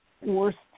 worst